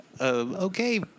Okay